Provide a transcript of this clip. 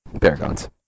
Paragons